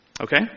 Okay